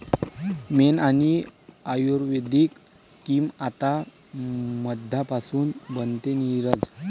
मेण आणि आयुर्वेदिक क्रीम आता मधापासून बनते, नीरज